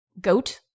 goat